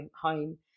home